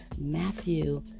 Matthew